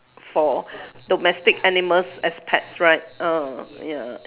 for domestic animals as pets right uh ya